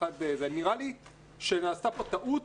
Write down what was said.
נראה לי שנעשתה פה טעות,